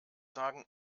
sagen